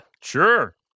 Sure